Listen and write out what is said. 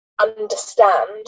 understand